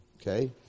Okay